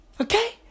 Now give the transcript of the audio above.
Okay